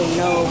no